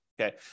okay